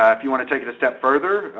if you want to take it a step further,